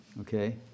Okay